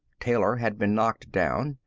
taylor had been knocked down.